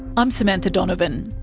i'm samantha donovan.